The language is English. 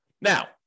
Now